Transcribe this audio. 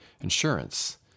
insurance